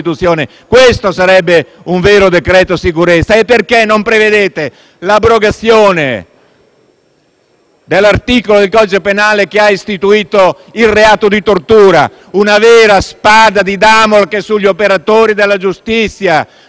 prevedere un vero decreto sicurezza. Perché non prevedete l'abrogazione dell'articolo del codice penale che ha istituito il reato di tortura? Parliamo di una vera spada di Damocle sugli operatori della giustizia,